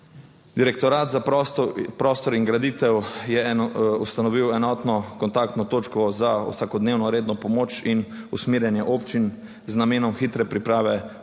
Direktorat za prostor in graditev je ustanovil enotno kontaktno točko za vsakodnevno redno pomoč in usmerjanje občin z namenom hitre priprave